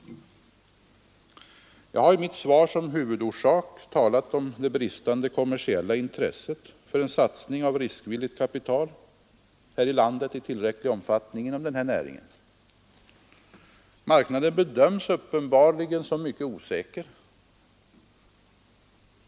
som den är. Jag har i mitt svar som huvudorsak talat om det bristande kommersiella intresset för en satsning av riskvilligt kapital här i landet när det gäller denna näring. Marknaden bedöms uppenbarligen som mycket osäker.